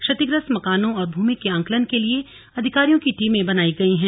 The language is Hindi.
क्षतिग्रस्त मकानों और भूमि के आंकलन के लिए अधिकारियों की टीमें बनाई गई है